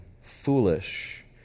foolish